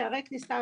שערי כניסה,